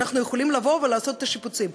אנחנו יכולים לבוא לעשות את השיפוצים.